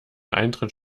eintritt